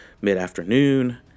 mid-afternoon